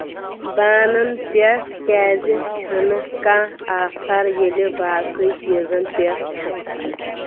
بانن پٮ۪ٹھ کیٛازِ چھنہٕ کانٛہہ آفر ییٚلہِ باقٕے چیٖزن پٮ۪ٹھ چھ